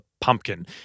pumpkin